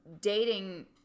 dating